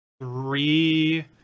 three